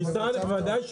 בוועדה?